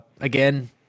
again